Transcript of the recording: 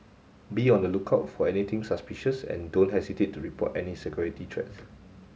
be on the lookout for anything suspicious and don't hesitate to report any security threats